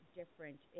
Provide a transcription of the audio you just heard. different